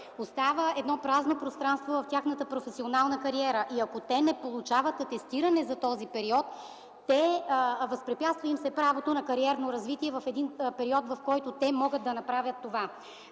остава едно празно пространство в тяхната професионална кариера. Ако те не получават атестиране за този период, се възпрепятства правото им на кариерно развитие в един период, в който те могат да направят това.